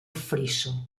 friso